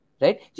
right